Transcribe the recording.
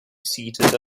seated